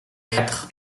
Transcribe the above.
quatre